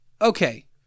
okay